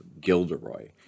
Gilderoy